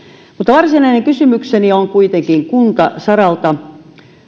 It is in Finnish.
varsinainen kysymykseni on kuitenkin kuntasaralta